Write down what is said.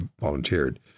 volunteered